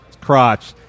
crotch